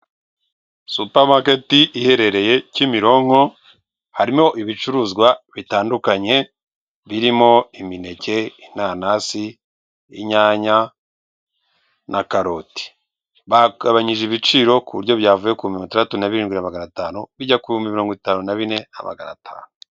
Supamaketi iherereye Kimironko harimo ibicuruzwa bitandukanye, birimo imineke, inanasi, inyanya na karoti, bagabanyije ibiciro ku buryo byavuye ku ku bihumbi mirongo itandatu na birindwi na magana atanu, bijya ku bihumbi mirongo itanu na bine na magana atanu.